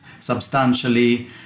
substantially